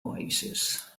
oasis